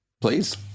please